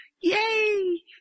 Yay